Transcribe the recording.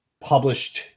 published